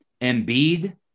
Embiid